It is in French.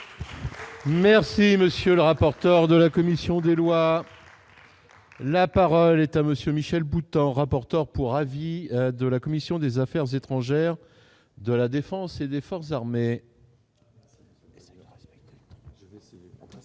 Merci, monsieur le rapporteur de la commission des lois. La parole est à monsieur Michel Boutant, rapporteur pour avis de la commission des Affaires étrangères de la Défense et des forces armées.